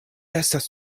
estas